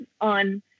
on